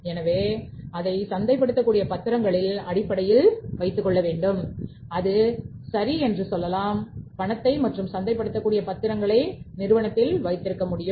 எனவே பணத்தை ரொக்கமாகவோ சந்தைப்படுத்தக்கூடிய பாத்திரங்களாகவோ நிறுவனத்தில் வைத்திருக்க முடியும்